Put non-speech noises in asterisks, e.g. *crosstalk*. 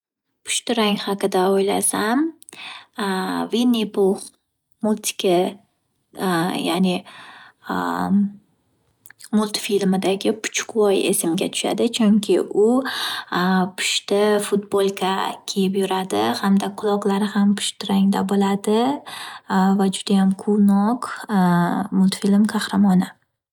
Pushti rang haqida o’ylasam *hesitation* Vinni pux multiki *hesitation* ya’ni *hesitation* multifilimidagi puchukvoy esimga tushadi. Chunki u pushti fudbolka kiyib yuradi, hamda quloqlari ham pushti rangda bo’ladi va judayam quvnoq *hesitation* multifilm qahramoni.